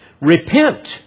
Repent